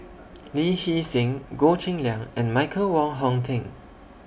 Lee Hee Seng Goh Cheng Liang and Michael Wong Hong Teng